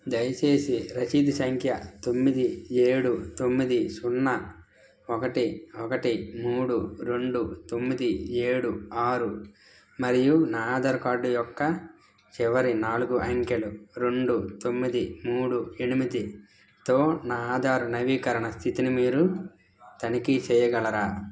దయచేసి రసీదు సంఖ్య తొమ్మిది ఏడు తొమ్మిది సున్నా ఒకటి ఒకటి మూడు రెండు తొమ్మిది ఏడు ఆరు మరియు నా ఆధారు కార్డ్ యొక్క చివరి నాలుగు అంకెలు రెండు తొమ్మిది మూడు ఎనిమిదితో నా ఆధార్ నవీకరణ స్థితిని మీరు తనిఖీ చేయగలరా